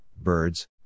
birds